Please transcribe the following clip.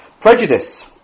Prejudice